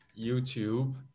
YouTube